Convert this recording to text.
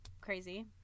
crazy